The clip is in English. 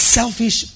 selfish